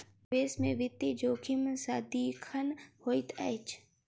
निवेश में वित्तीय जोखिम सदिखन होइत अछि